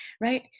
right